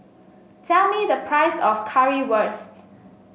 tell me the price of Currywurst